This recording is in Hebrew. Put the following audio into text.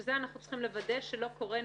שזה אנחנו צריכים לוודא שלא קורה.